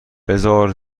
بذار